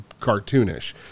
cartoonish